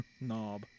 Knob